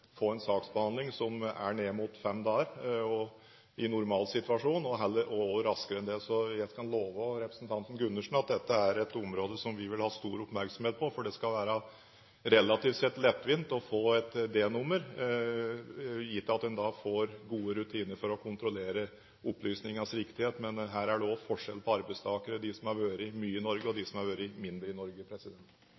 få en saksbehandlingstid som er ned mot fem dager i en normal situasjon, og også raskere enn det. Jeg skal love representanten Gundersen at dette er et område vi vil ha stor oppmerksomhet på, for det skal relativt sett være lettvint å få et D-nummer, gitt at en får gode rutiner for å kontrollere opplysningenes viktighet. Her er det også forskjell på arbeidstakere: de som har vært mye i Norge, og de